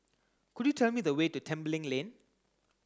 could you tell me the way to Tembeling Lane